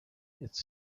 its